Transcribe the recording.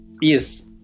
yes